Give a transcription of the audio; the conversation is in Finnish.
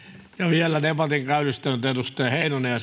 vielä debatin käynnistänyt edustaja heinonen ja